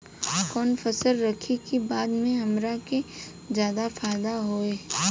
कवन फसल रखी कि बाद में हमरा के ज्यादा फायदा होयी?